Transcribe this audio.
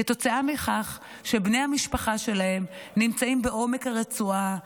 בני המשפחה שלהם נמצאים בעומק הרצועה,